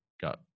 got